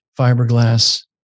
fiberglass